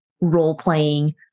role-playing